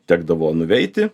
tekdavo nuveiti